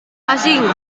asing